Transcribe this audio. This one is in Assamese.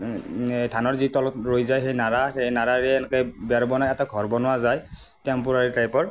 ধানৰ যি তলত ৰৈ যায় সেই নৰা সেই নৰাৰে এনেকৈ বেৰ বনায় এটা ঘৰ বনোৱা যায় টেম্পৰাৰী টাইপৰ